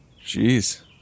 Jeez